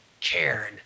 cared